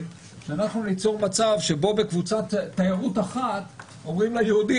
שאנחנו ניצור מצב בו מגיעה קבוצת תיירות אחת ואומרים ליהודים